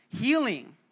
healing